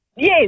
Yes